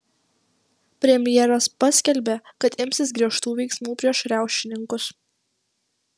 premjeras paskelbė kad imsis griežtų veiksmų prieš riaušininkus